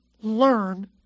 learn